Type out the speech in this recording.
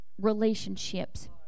relationships